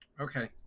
Okay